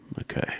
Okay